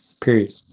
Period